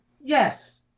yes